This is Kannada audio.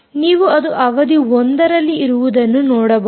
ನೀವು ಅದು ಅವಧಿ 1 ರಲ್ಲಿ ಇರುವುದನ್ನು ನೋಡಬಹುದು